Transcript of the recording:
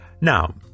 Now